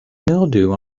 mildew